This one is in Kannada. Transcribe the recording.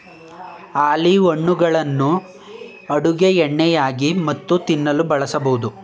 ಆಲೀವ್ ಹಣ್ಣುಗಳನ್ನು ಅಡುಗೆ ಎಣ್ಣೆಯಾಗಿ ಮತ್ತು ತಿನ್ನಲು ಬಳಸಬೋದು